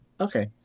Okay